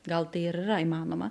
gal tai ir yra įmanoma